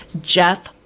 Jeff